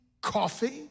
coffee